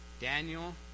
Daniel